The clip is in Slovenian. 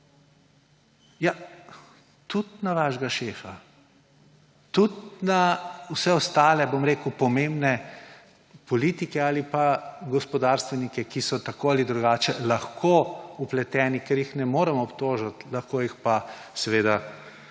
tudi na vašega šefa. Tudi na vse ostale, bom rekel, pomembne politike ali pa gospodarstvenike, ki so tako ali drugače lahko vpleteni, ker jih ne morem obtožiti, lahko se pa zvrsti